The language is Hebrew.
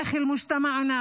בטמרה,